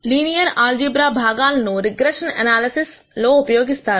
linear algebra భాగాలను regression analysis లో ఉపయోగిస్తారు